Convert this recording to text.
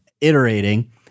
iterating